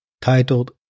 titled